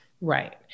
Right